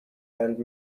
and